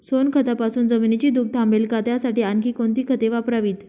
सोनखतापासून जमिनीची धूप थांबेल का? त्यासाठी आणखी कोणती खते वापरावीत?